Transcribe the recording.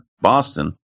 Boston